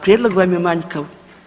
Prijedlog vam je manjkav.